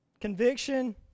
Conviction